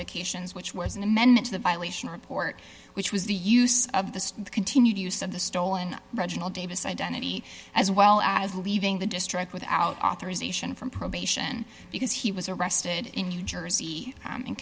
specifications which was an amendment to the violation report which was the use of the continued use of the stolen reginald davis identity as well as leaving the district without authorization from probation because he was arrested in new jersey i